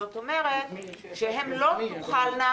זאת אומרת שהן לא תוכלנה,